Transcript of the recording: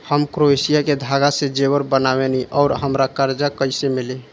हम क्रोशिया के धागा से जेवर बनावेनी और हमरा कर्जा कइसे मिली?